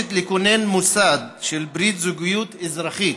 מבקשת לכונן מוסד של "ברית זוגיות אזרחית"